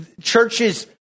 churches